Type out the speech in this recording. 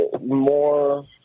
more